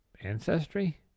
ancestry